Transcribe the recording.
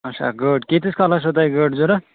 اَچھا گٲڑۍ کیٖتِس کالَس چھَو تۄہہِ گٲڑۍ ضروٗرت